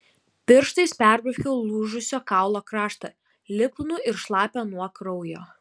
pirštais perbraukiau lūžusio kaulo kraštą lipnų ir šlapią nuo kraujo